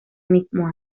mismo